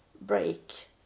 break